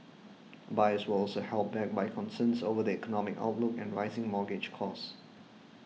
buyers were also held back by concerns over the economic outlook and rising mortgage costs